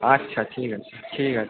আচ্ছা ঠিক আছে ঠিক আছে